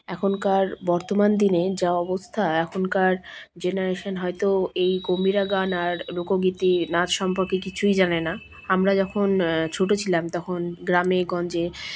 এখনকার বর্তমান দিনে যা অবস্থা এখনকার জেনারেশান হয়তো এই গম্ভীরা গান আর লোকগীতে নাচ সম্পর্কে কিছুই জানে না আমরা যখন ছোটো ছিলাম তখন গ্রামে গঞ্জে